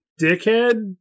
dickhead